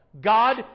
God